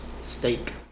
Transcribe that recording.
Steak